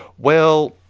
well,